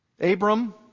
Abram